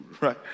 right